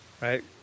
right